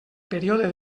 període